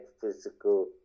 physical